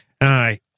aye